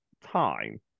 time